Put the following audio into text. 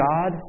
God